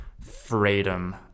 freedom